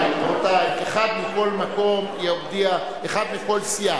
ההסתייגות של חברי הכנסת יצחק הרצוג ושלמה מולה לסעיף 1 לא נתקבלה.